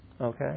Okay